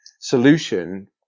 solution